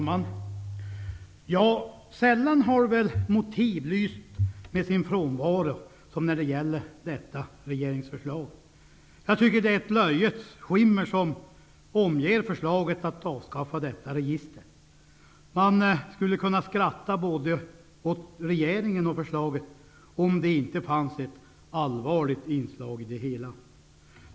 Herr talman! Sällan har väl motiv lyst med sin frånvaro som när det gäller detta regeringsförslag. Jag tycker att ett löjets skimmer omger förslaget att avskaffa detta register. Man skulle kunna skratta åt både regeringen och förslaget om det inte fanns ett allvarligt inslag i det hela.